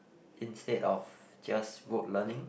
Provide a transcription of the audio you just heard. instead of just word learning